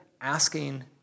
asking